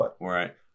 Right